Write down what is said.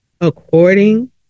according